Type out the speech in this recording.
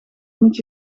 moet